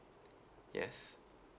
yes